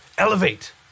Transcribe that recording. Elevate